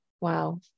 Wow